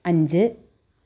അഞ്ച്